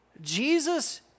Jesus